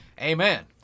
Amen